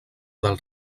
del